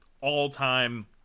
all-time